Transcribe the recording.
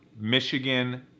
Michigan